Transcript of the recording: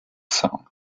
song